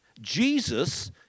Jesus